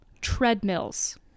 treadmills